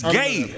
gay